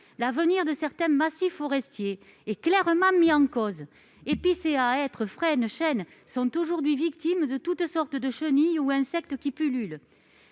L'avenir de certains massifs forestiers est clairement remis en cause. Épicéas, hêtres, frênes et chênes sont aujourd'hui victimes de toutes sortes de chenilles ou insectes qui pullulent.